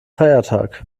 feiertag